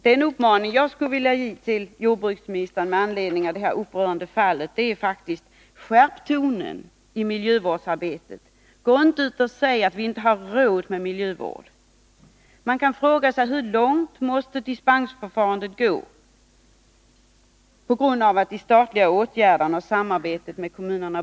Den uppmaning som jag skulle vilja rikta till jordbruksministern med anledning av det aktuella upprörande fallet är faktiskt: Skärp tonen i fråga om miljövårdsarbetet! Gå inte ut och säg att vi inte har råd med miljövård! Man kan fråga sig: Hur långt måste dispensförfarandet gå med hänsyn till de statliga åtgärderna och det bristande samarbetet med kommunerna?